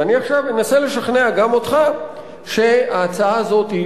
ועכשיו אני אנסה לשכנע גם אותך שההצעה הזאת היא